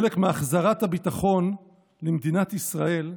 חלק מהחזרת הביטחון למדינת ישראל,